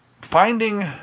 finding